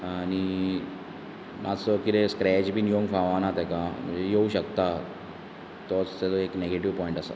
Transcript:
अ अ आनी मात्सो कितें स्क्रेच बीन येवंक फावना तेका अं येवं शकता तोच तर एक नेगेटीव्ह पोयंट आसा